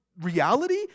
reality